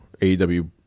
AEW